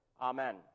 Amen